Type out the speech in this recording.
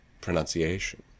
pronunciation